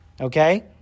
Okay